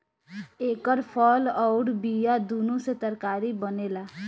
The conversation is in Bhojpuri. एकर फल अउर बिया दूनो से तरकारी बनेला